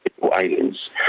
islands